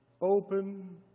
open